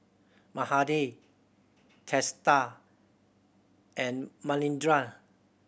Mahade Teesta and Manindra